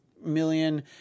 Million